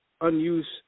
unused